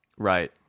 Right